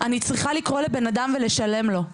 אני צריכה לקרוא לבן אדם ולשלם לו.